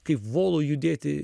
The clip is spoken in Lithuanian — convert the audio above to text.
kaip volu judėti